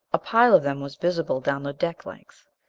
a pile of them was visible down the deck length.